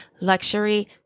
luxury